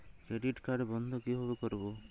Credit card বন্ধ কিভাবে করবো?